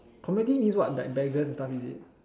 community means what like beggars and stuff is it